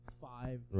five